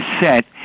set